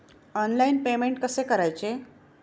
Online payment कसे करायचे?